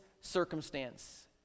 circumstance